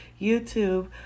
youtube